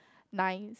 nine